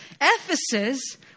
Ephesus